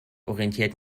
orientiert